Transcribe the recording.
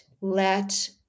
let